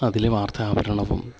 അതിലെ വാർത്ത അവതരണവും